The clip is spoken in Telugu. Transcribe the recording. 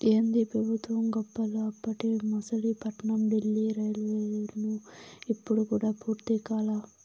ఏందీ పెబుత్వం గప్పాలు, అప్పటి మసిలీపట్నం డీల్లీ రైల్వేలైను ఇప్పుడు కూడా పూర్తి కాలా